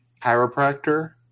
chiropractor